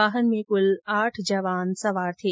वाहन में कुल आठ जवान सवार थे